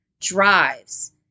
Drives